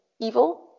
evil